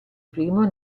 primo